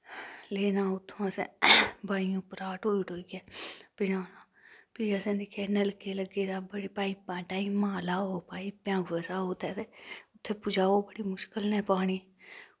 लेना उत्थुआं असैं बाईं उप्परा ढोई ढोईयै पजाना फ्ही असैं दिखेआ नलके लग्गे दा बड़ी पाईपां टाईमा लाओ पाईपां कसाओ उत्थैं ते उत्थै पजाओ बड़ी मुश्कल नै पानी